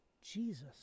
Jesus